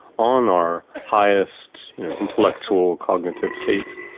on our highest intellectual cognitive states,